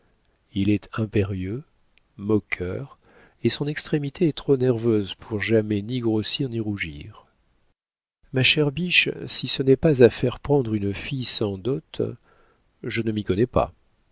il est impérieux moqueur et son extrémité est trop nerveuse pour jamais ni grossir ni rougir ma chère biche si ce n'est pas à faire prendre une fille sans dot je ne m'y connais pas